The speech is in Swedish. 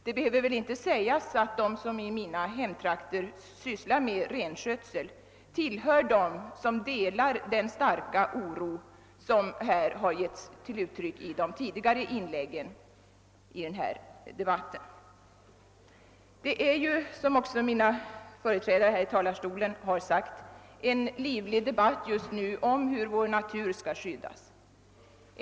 Det behöver väl inte sägas att de som i mina hemtrakter sysslar med renskötsel delar den starka oro som uttryckts i de tidigare inläggen i denna debatt. Det pågår, vilket mina företrädare här i talarstolen redan nämnt, en livlig debatt just nu om hur vår natur skall skyddas.